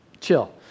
chill